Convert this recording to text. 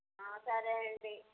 సరే అండి